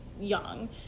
young